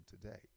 today